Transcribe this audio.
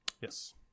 yes